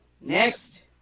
next